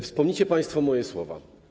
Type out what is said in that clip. Wspomnicie państwo moje słowa.